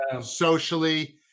socially